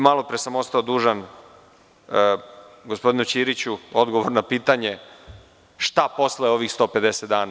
Malopre sam ostao dužan gospodinu Ćiriću odgovor na pitanje – šta posle ovih 150 dana?